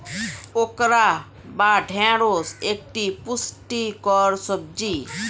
okra বা ঢ্যাঁড়স একটি পুষ্টিকর সবজি